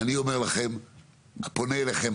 אני פונה אליכם,